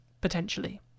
potentially